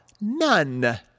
none